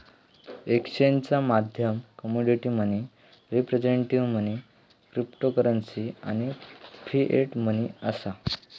एक्सचेंजचा माध्यम commodity money, representative money, cryptocurrency आणि फिएट मनी असा